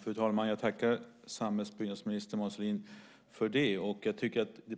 Fru talman! Jag tackar samhällsbyggnadsminister Mona Sahlin för det.